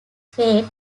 fate